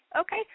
okay